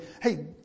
hey